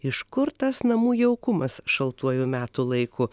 iš kur tas namų jaukumas šaltuoju metų laiku